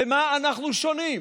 במה אנחנו שונים?